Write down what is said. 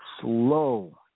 slow